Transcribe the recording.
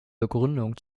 begründung